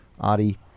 Adi